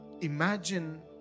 imagine